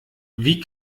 wie